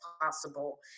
possible